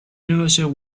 universal